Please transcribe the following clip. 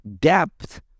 Depth